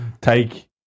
take